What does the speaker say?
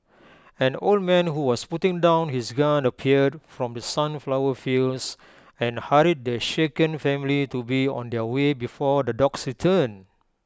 an old man who was putting down his gun appeared from the sunflower fields and hurried the shaken family to be on their way before the dogs return